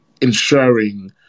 ensuring